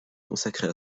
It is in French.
consacrer